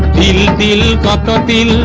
da da da da da da